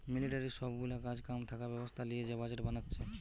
মিলিটারির সব গুলা কাজ কাম থাকা ব্যবস্থা লিয়ে যে বাজেট বানাচ্ছে